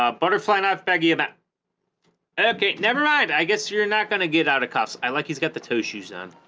ah butterfly knife begi about okay never ride i guess you're not gonna get out of cuffs i like he's got the toe shoes done